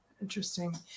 Interesting